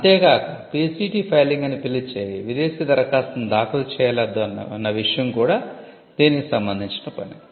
అంతే కాక PCT filing అని పిలిచే విదేశీ దరఖాస్తును దాఖలు చేయాలా వద్దా అన్న విషయం కూడా దీనికి సంబందించిన పనే